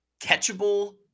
catchable